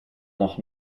noch